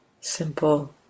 Simple